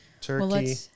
Turkey